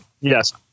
Yes